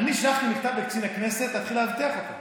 אני שלחתי מכתב לקצין הכנסת להתחיל לאבטח אותו.